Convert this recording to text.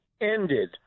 ended